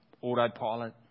autopilot